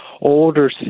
older